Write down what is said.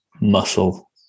muscle